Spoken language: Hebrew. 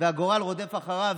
והגורל רודף אחריו,